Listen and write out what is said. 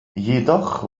jedoch